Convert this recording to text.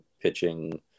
pitching